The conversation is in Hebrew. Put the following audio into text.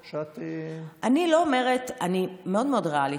אני ריאלית,